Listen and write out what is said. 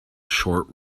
short